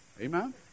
Amen